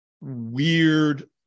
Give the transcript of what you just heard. weird